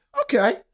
Okay